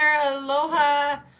Aloha